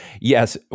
Yes